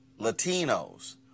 Latinos